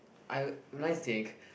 I when I think